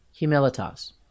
humilitas